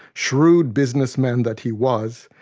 shrewd businessman that he was,